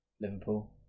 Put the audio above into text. Liverpool